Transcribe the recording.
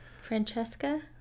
francesca